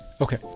Okay